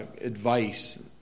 advice